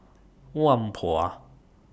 Whampoa